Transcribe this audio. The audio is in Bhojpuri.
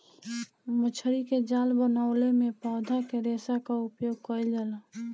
मछरी के जाल बनवले में पौधा के रेशा क उपयोग कईल जाला